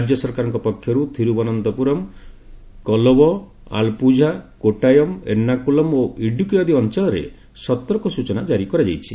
ରାଜ୍ୟ ସରକାରଙ୍କ ପକ୍ଷରୁ ଥିରୁବନନ'ପୁରମ୍ କୋଲାବ ଆଲପୁଝା କୋଟ୍ଟାୟାମ ଏର୍ଷ୍ଣାକୁଲମ୍ ଓ ଇଡୁକି ଆଦି ଅଂଚଳରେ ସତର୍କ ସୂଚନା କାରି କରାଯାଇଛି